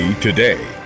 today